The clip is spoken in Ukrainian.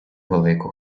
велику